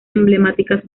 emblemáticas